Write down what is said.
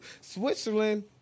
Switzerland